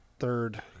Third